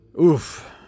Oof